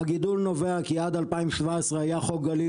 הגידול נובע כי עד 2017 היה חוק גליל